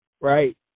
Right